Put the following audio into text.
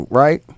right